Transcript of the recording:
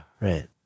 Right